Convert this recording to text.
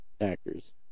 actors